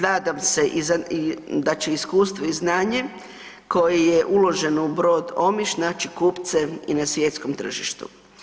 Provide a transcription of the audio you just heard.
Nadam se da će iskustvo i znanje koje je uloženo u brod Omiš naći kupce i na svjetskom tržištu.